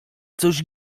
coś